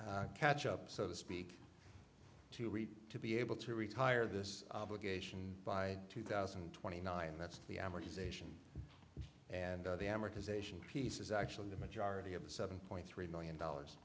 to catch up so to speak to read to be able to retire this obligation by two thousand and twenty nine that's the amortization and the amortization piece is actually the majority of the seven point three million dollars